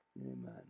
amen